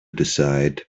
decide